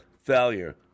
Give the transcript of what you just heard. failure